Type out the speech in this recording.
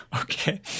Okay